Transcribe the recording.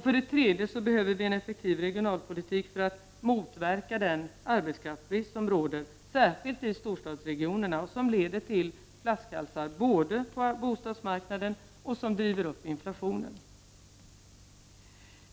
För det tredje behöver vi en effektiv regionalpolitik för att motverka den arbetskraftsbrist som råder särskilt i storstadsregionerna och som leder till flaskhalsar på t.ex. bostadsmarknaden och driver upp inflationen.